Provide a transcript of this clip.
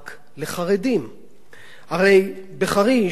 הרי בחריש ובאזור שבו היא נמצאת